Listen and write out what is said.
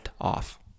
off